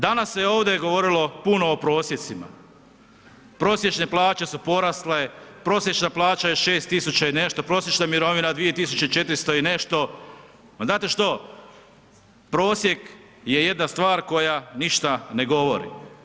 Danas se ovdje govorilo puno o prosjecima, prosječne plaće su porasle, prosječna plaća je 6.000 i nešto, prosječna mirovina 2.400 i nešto, ma znate što prosjek je jedna stvar koja ništa ne govori.